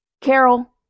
Carol